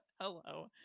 hello